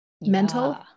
mental